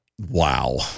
Wow